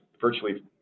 virtually